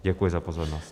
Děkuji za pozornost.